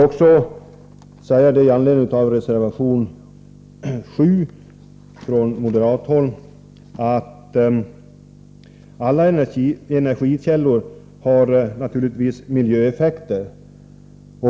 Med anledning av reservation 7 från moderat håll vill jag säga att alla energikällor naturligtvis har miljöeffekter.